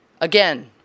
Again